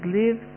live